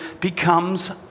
becomes